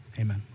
Amen